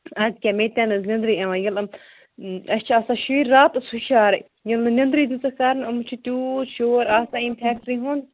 اَدٕ کیٛاہ مے تہِ نہٕ حظ نیٚنٛدرٕے یِوان ییٚلہِ یِم اَسہِ چھِ آسان شُرۍ راتَس ہُشارَے ییٚلہِ نہٕ نیٚنٛدے دِژٕکھ کَرنہٕ یِمن چھِ تیوٗت شور آسان ییٚمۍ فٮ۪کٹرٛی ہُنٛد